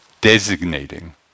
designating